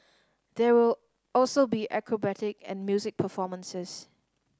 there will also be acrobatic and music performances